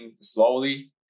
slowly